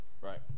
Right